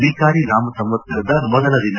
ವಿಕಾರಿ ನಾಮ ಸಂವತ್ಸರದ ಮೊದಲ ದಿನ